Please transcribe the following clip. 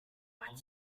what